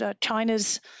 China's